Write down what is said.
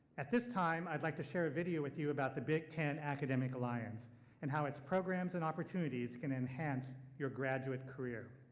at this time, i'd like to share a video with you about the big ten academic alliance and how its programs and opportunities can enhance your graduate career.